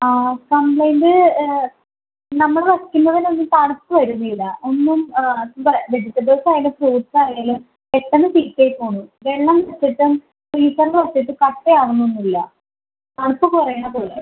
ആ കംപ്ലെയിന്റ് നമ്മൽ വയ്ക്കുന്നതിനൊന്നും തണുപ്പ് വരുന്നില്ല ഒന്നും അത് വെജിറ്റബിൾസ് ആയാലും ഫ്രൂട്ട്സ് ആയാലും പെട്ടെന്ന് ചീത്തയായി പോവുന്നു വെള്ളം വെച്ചിട്ടും ഫ്രീസറിൽ വെച്ചിട്ട് കട്ടയാവുന്നൊന്നുമില്ല തണുപ്പ് കുറയുന്നത് പോലെ